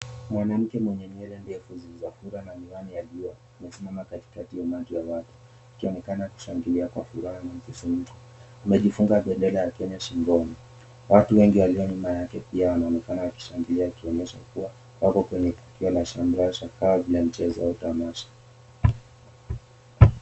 Mwanmke mwenye nywele ndefu zilizofura na miwani ya jua amesimama katikati ya umati ya watu akionekana kushangilia kwa furaha na msisimko. Amejifunga bendera ya kenya shingoni. watu wengi walio nyuma yake pia wanaonekana kushangilia wakionyesha kuwa wako kwenye tukio la shamrashamra na tamasha.